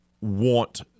want